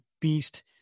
beast